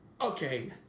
Okay